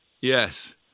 Yes